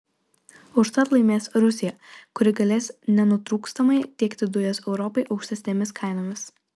užtat laimės rusija kuri galės nenutrūkstamai tiekti dujas europai aukštesnėmis kainomis